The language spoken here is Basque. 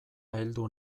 heldu